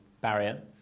barrier